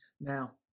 Now